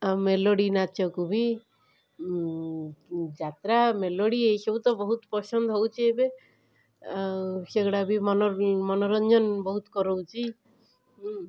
ଆଉ ମେଲୋଡ଼ି ନାଚକୁ ବି ଯାତ୍ରା ମେଲୋଡ଼ି ଏସବୁ ତ ବହୁତ ପସନ୍ଦ ହେଉଛି ଏବେ ଆଉ ସେଗୁଡ଼ା ବି ମନ ମନୋରଞ୍ଜନ ବହୁତ କରଉଛି ହୁଁ